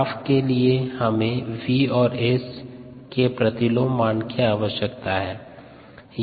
graph के लिए हमें v और S के प्रतिलोम मान की आवश्यकता है